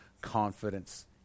confidence